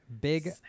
big